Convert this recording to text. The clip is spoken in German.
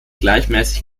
gleichmäßig